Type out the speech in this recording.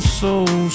soul